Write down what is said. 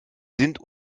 sind